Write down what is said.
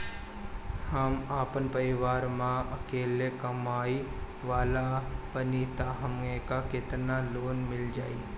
हम आपन परिवार म अकेले कमाए वाला बानीं त हमके केतना लोन मिल जाई?